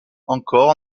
encore